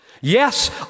Yes